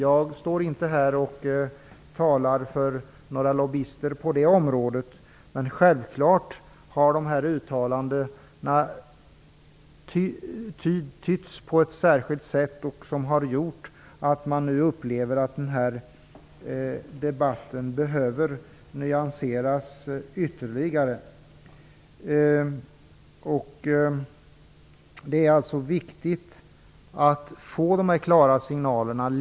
Jag talar inte här för några lobbyister på det området, men självklart har dessa uttalanden tytts på ett sätt som har gjort att man nu upplever att debatten behöver nyanseras ytterligare. Det är alltså viktigt att få dessa klara signaler.